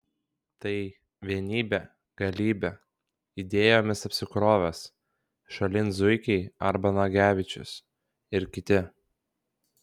tai vienybė galybė idėjomis apsikrovęs šalin zuikiai arba nagevičius ir kiti